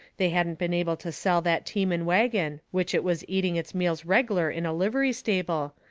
they hadn't been able to sell that team and wagon, which it was eating its meals reg'lar in a livery stable,